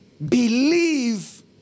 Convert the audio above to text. believe